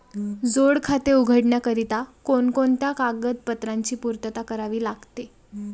जोड खाते उघडण्याकरिता कोणकोणत्या कागदपत्रांची पूर्तता करावी लागते?